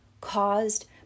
caused